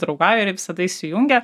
draugauja ir jie visada įsijungia